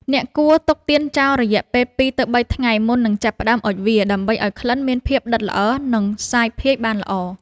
អ្នកគួរទុកទៀនចោលរយៈពេល ២ ទៅ ៣ ថ្ងៃ មុននឹងចាប់ផ្ដើមអុជវា ដើម្បីឱ្យក្លិនមានភាពដិតល្អ និងសាយភាយបានល្អ។